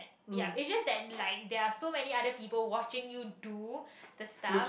yup is just lying there are so many other people watching you do the stuff